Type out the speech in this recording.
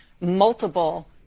multiple